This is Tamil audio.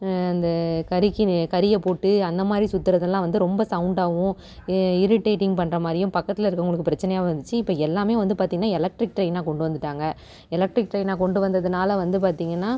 இந்த கரிகினு கரிய போட்டு அந்த மாதிரி சுற்றுறதுல்லாம் வந்து ரொம்ப சௌண்டாகவும் இரிட்டேட்டிங் பண்ணுற மாதிரியும் பக்கத்தில் இருக்கறவங்களுக்கு பிரச்சினையாவும் இருந்துச்சு இப்போ எல்லாமே வந்து பார்த்திங்கனா எலக்ட்ரிக் ட்ரெயினாக கொண்டு வந்துட்டாங்க எலக்ட்ரிக் ட்ரெயினாக கொண்டு வந்ததுனால் வந்து பார்த்திங்கனா